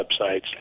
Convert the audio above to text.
websites